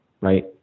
right